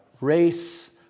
race